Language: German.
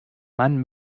man